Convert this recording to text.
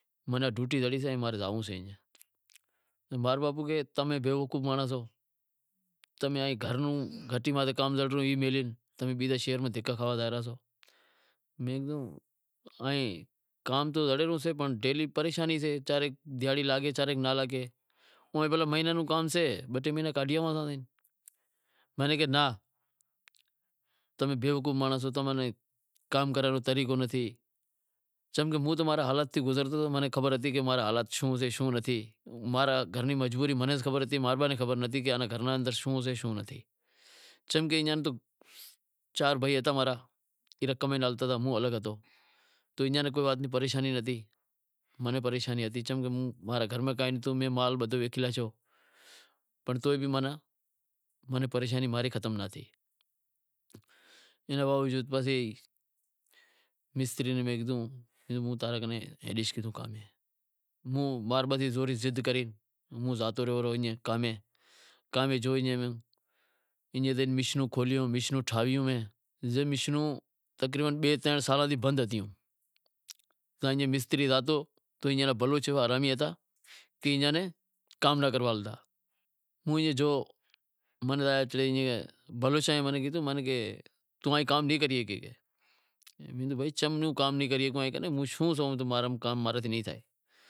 مناں ڈوٹی زڑی سے منیں زانوڑو سے، ماں را باپو کہیں تمیں بے وقوف سو، تنیں گھر ری گھٹی ماتھے کام زڑی رہیو سے تمیں زائے بئے پاہے دہکا کھائی رہیا شو، میں کہیو کام تو زڑے رہیو سے پر ڈیلی پریشانی سے چا رے دہاڑی لاگے چا رے ناں لاگے، موں بولیو، مہینڑے رو کام سے بہ ٹے مہینا کاڈھی آواںمنیں کہے ناں تمیں بے وقوف مانڑا سو تمیں کام کرنڑ رو طریقو نتھی، چمکہ ہوں تو آپرے حالات ماں گزرتو ماں نیں خبر ہتی کہ ماں را حالات شوں سیں شوں نتھی، ماں رے گھر ری مجبوری ماں نیں خبر ہتی ماں رے باپو نیں خبر نتھی کہ ایئاں رے گھر رے اندر شوں سے شوں نتھی، چمکہ ایئاں چار بھار بھائی ہتا ماں را اے کام میں لاگل ہتا ہوں الگ ہتو تو ایئاں ناں کے کام ری پریشانی نتھی موں نیں پریشانی ہتی چمکہ ماں رے گھر میں کائیں نتھو مال بدہو وکی لاشو، پنڑ تو ئی ماں ناں مریشانی ماں ری ختم نتھی تھیتی، مستری نیں میں کیدہو کہ ہوں تاں رے کن ہالیش بلوچستان، ہوں ضد کرےزوری ایئں زاتو رہیو کام میں، کام میں گیو ایئں تھے میشنوں کھولیوں، میشنوں ٹھاویوں، میشنوں تقریبن بئے ترن سالاں تی بند ہتیوں ایئں مستری زاتو تو ایئاں را بلوچ ایوا حرامی ہتا زو ایئاں نیں کام نیں کروا ڈیتا، بلوچ موں نیں کیدہو توں ای کام نیں کریے موں کیدو چم کام نیں راں شوں سے